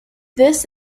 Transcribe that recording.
this